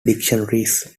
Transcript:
dictionaries